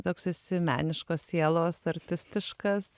toks esi meniškos sielos artistiškas